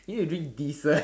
you need to drink diesel